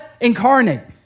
incarnate